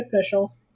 official